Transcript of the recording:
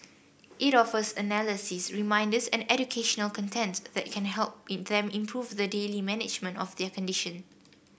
it offers analyses reminders and educational content that can help be them improve the daily management of their condition